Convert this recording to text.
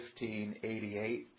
1588